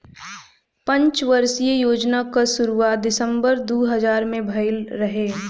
पंचवर्षीय योजना कअ शुरुआत दिसंबर दू हज़ार में भइल रहे